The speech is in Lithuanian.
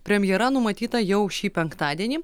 premjera numatyta jau šį penktadienį